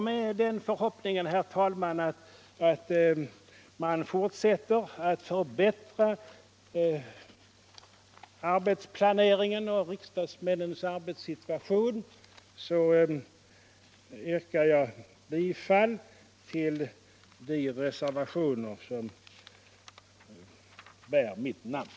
Med den förhoppningen, herr talman, att man fortsätter att förbättra arbetsplaneringens och riksdagsmännens arbetssituation yrkar jag bifall till de reservationer som bär mitt namn.